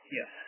Yes